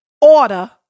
Order